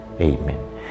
Amen